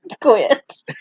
quit